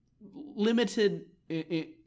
limited